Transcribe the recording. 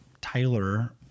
Tyler